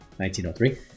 1903